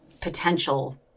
potential